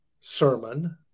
sermon